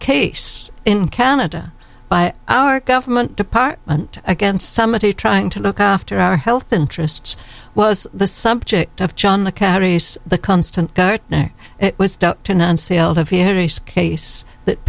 case in canada by our government department against somebody trying to look after our health interests was the subject of john the carries the constant guard ne